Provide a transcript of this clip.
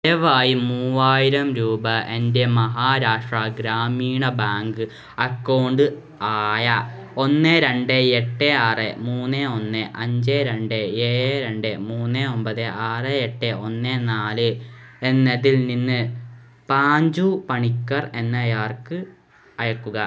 ദയവായി മൂവായിരം രൂപ എൻ്റെ മഹാരാഷ്ട്ര ഗ്രാമീണ ബാങ്ക് അക്കൗണ്ട് ആയ ഒന്ന് രണ്ട് എട്ട് ആറ് മൂന്ന് ഒന്ന് അഞ്ച് രണ്ട് ഏഴ് രണ്ട് മൂന്ന് ഒമ്പത് ആറ് എട്ട് ഒന്ന് നാല് എന്നതിൽ നിന്ന് പാഞ്ചു പണിക്കർ എന്നയാൾക്ക് അയയ്ക്കുക